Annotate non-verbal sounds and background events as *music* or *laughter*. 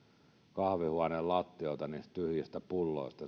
kahvihuoneen lattialta niistä tyhjistä pulloista *unintelligible*